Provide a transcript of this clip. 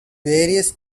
various